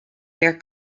their